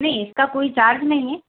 नहीं इसका कोई चार्ज नहीं है